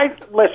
Listen